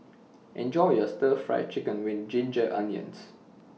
Enjoy your Stir Fried Chicken with Ginger Onions